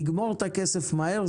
תגמור את הכסף מהר,